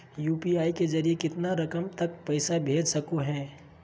UPI के जरिए कितना रकम तक पैसा भेज सको है?